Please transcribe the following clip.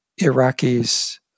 Iraqis